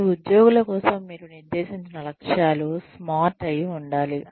మీ ఉద్యోగుల కోసం మీరు నిర్దేశించిన లక్ష్యాలు 'స్మార్ట్' అయి ఉండాలి